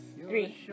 Three